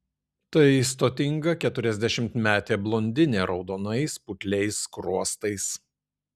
tai stotinga keturiasdešimtmetė blondinė raudonais putliais skruostais